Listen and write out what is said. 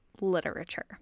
literature